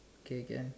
okay can